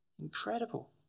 Incredible